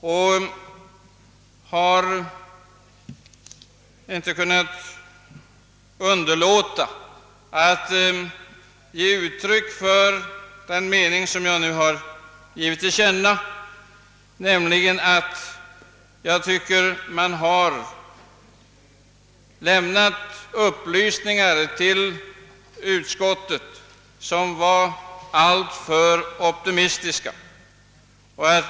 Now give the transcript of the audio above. Jag har emellertid inte kunnat underlåta att här i kammaren ge uttryck för min åsikt att de upplysningar som har lämnats till utskottet har varit alltför optimistiska.